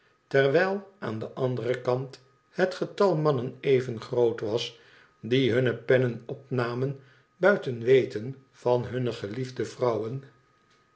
terwijl aan den anderen kant het getal mannen even groot was die hunne pennen opnamen buiten weten van hunne geliefde vrouwen